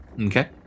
Okay